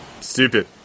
Stupid